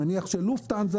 נניח של לופטהנזה,